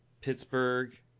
Pittsburgh